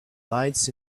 lights